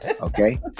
Okay